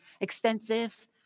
extensive